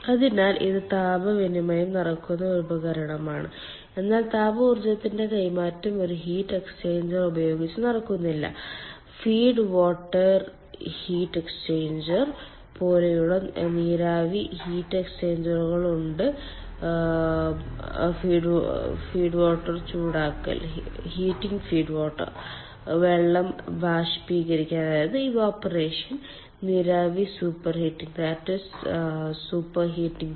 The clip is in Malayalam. അതിനാൽ ഇത് താപ വിനിമയം നടക്കുന്ന ഒരു ഉപകരണമാണ് എന്നാൽ താപ ഊർജത്തിന്റെ കൈമാറ്റം ഒരു ഹീറ്റ് എക്സ്ചേഞ്ചർ ഉപയോഗിച്ച് നടക്കുന്നില്ല ഫീഡ് വാട്ടർ ഹീറ്റ് എക്സ്ചേഞ്ചർ പോലെയുള്ള നിരവധി ഹീറ്റ് എക്സ്ചേഞ്ചറുകൾ ഉണ്ട് ഫീഡ്വാട്ടർ ചൂടാക്കൽ വെള്ളം ബാഷ്പീകരിക്കൽ നീരാവി സൂപ്പർ ഹീറ്റിംഗ്